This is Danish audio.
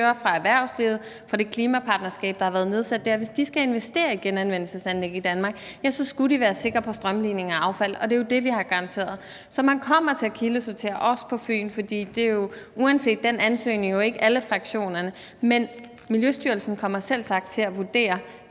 fra erhvervslivet, fra det klimapartnerskab, der har været nedsat der. Hvis de skal investere i genanvendelsesanlæg i Danmark, ja, så skal de være sikre på strømlining af affaldet, og det er jo det, vi har garanteret. Så man kommer til at kildesortere, også på Fyn, for det dækker jo, uanset den ansøgning, ikke alle fraktionerne, men Miljøstyrelsen kommer selvsagt til at vurdere